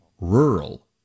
rural